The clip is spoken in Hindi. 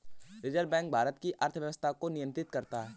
रिज़र्व बैक भारत की अर्थव्यवस्था को नियन्त्रित करता है